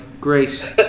Great